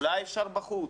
אולי אפשר בחוץ?